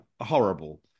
horrible